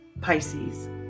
Pisces